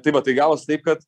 tai va tai gavosi taip kad